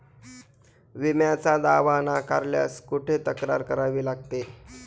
विम्याचा दावा नाकारल्यास कुठे तक्रार करावी लागते?